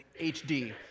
HD